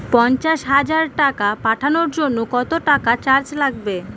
পণ্চাশ হাজার টাকা পাঠানোর জন্য কত টাকা চার্জ লাগবে?